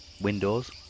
windows